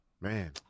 Man